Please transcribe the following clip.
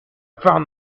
found